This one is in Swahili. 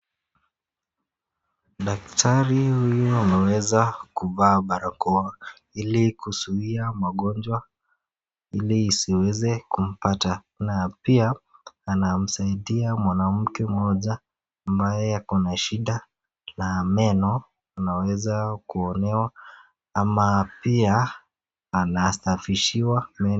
Daktari huyu anaweza kuvaa barakoa ili kuzuia magonjwa ili isiweze kumpata na pia anamsaidia mwanamke mmoja ambaye ako na shida ya meno ambaye anaweza kuonewa ama pia anasafishiwa meno.